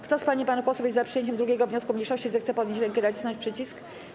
Kto z pań i panów posłów jest za przyjęciem 2. wniosku mniejszości, zechce podnieść rękę i nacisnąć przycisk.